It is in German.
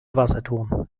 wasserturm